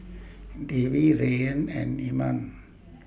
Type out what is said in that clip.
Dewi Rayyan and Iman